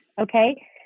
okay